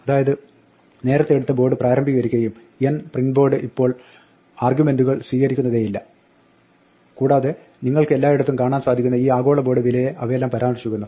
അതായത് നേരത്തെ എടുത്ത ബോർഡ് പ്രാരംഭീകരിക്കുകയും n പ്രിന്റ് ബോർഡ് ഇപ്പോൾ ആർഗ്യുമെന്റുകൾ സ്വീകരിക്കുന്നതേയില്ല കൂടാതെ നിങ്ങൾക്ക് എല്ലായിടങ്ങളിലും കാണാൻ സാധിക്കുന്ന ഈ ആഗോള ബോർഡ് വിലയെ അവയെല്ലാം പരാമർശിക്കുന്നു